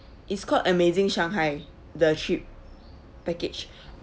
it's called amazing shanghai the trip package